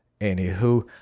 Anywho